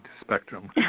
spectrum